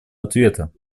ответа